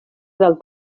del